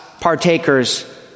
partakers